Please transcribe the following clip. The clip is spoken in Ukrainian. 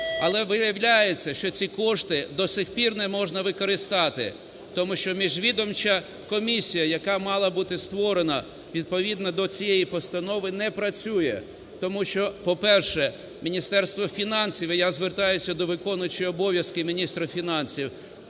Але виявляється, що ці кошти до цих пір не можна використати, тому що міжвідомча комісія, яка мала бути створена відповідно до цієї постанови, не працює, тому що, по-перше, Міністерство фінансів - і я звертаюсь до виконуючої обов'язки міністра фінансів,